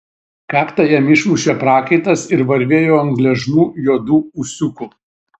kaktą jam išmušė prakaitas ir varvėjo ant gležnų juodų ūsiukų